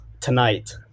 tonight